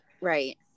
right